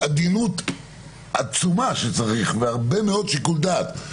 צריך עדינות עצומה והרבה מאוד שיקול דעת.